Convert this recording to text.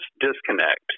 disconnect